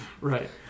Right